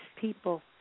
people